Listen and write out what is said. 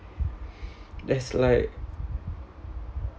that's like